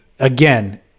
Again